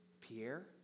Pierre